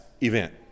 event